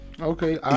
Okay